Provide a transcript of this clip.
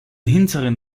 hinteren